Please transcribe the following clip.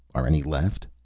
are any left?